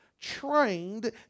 trained